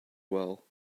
well